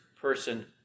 person